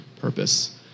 purpose